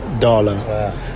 dollar